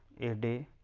a day.